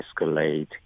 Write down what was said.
escalate